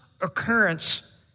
occurrence